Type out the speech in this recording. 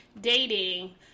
dating